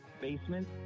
basement